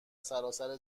سراسر